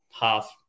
half